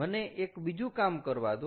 મને એક બીજું કામ કરવા દો